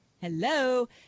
Hello